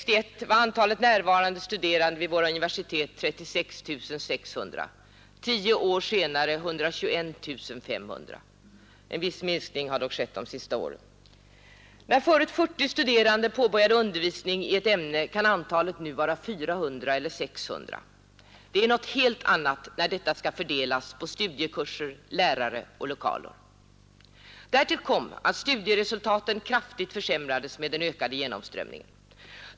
1960/61 var antalet närvarande studerande vid våra universitet 36 600, tio år senare 121 500; en viss minskning har dock skett de senaste åren. Där förut 40 studerande påbörjade undervisning i ett ämne kan antalet nu vara 400 eller 600. Det är något helt annat att fördela alla dessa på studiekurser, lärare och lokaler. Därtill kom att studieresultaten försämrades med den ökade genomströmningen.